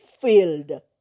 filled